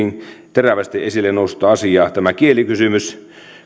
terävästi esille noussutta asiaa tämä kielikysymys